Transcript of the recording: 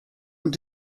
und